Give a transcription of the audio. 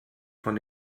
von